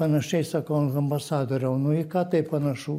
panašiai sakau ambasadoriau nu į ką tai panašu